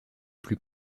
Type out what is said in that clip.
plus